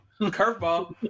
Curveball